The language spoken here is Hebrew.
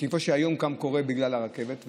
מה שקורה גם היום בגלל הרכבת,